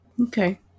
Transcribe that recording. Okay